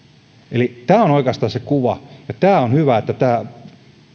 eli tämä on oikeastaan se kuva ja on hyvä että